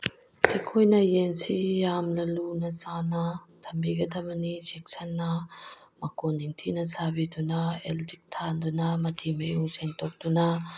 ꯑꯩꯈꯣꯏꯅ ꯌꯦꯟꯁꯤ ꯌꯥꯝꯅ ꯂꯨꯅ ꯆꯥꯟꯅ ꯊꯝꯕꯤꯒꯗꯕꯅꯤ ꯆꯦꯛꯁꯤꯟꯅ ꯃꯀꯣꯟ ꯅꯤꯡꯊꯤꯅ ꯁꯥꯕꯤꯗꯨꯅ ꯑꯦꯂꯦꯛꯇ꯭ꯔꯤꯛ ꯊꯥꯟꯗꯨꯅ ꯃꯊꯤ ꯃꯌꯨꯡ ꯁꯦꯡꯗꯣꯛꯇꯨꯅ